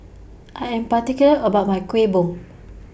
I Am particular about My Kueh Bom